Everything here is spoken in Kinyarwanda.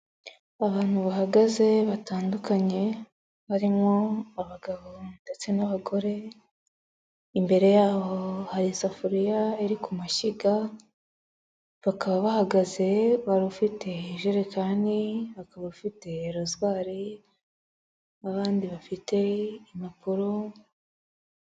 Abantu bahagaze, batandukanye, barimo abagabo ndetse n'abagore, imbere yabo hari isafuriya iri ku mashyiga, bakaba bahagaze, hari ufite ijerekani, hakaba ufite rozwari n'abandi bafite impapuro.